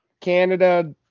Canada